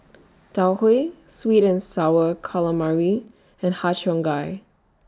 Tau Huay Sweet and Sour Calamari and Har Cheong Gai